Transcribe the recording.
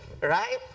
right